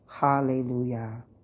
Hallelujah